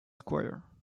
squire